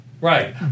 Right